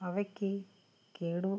അവയ്ക്ക് കേടു